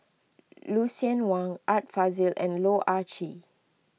Lucien Wang Art Fazil and Loh Ah Chee